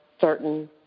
certain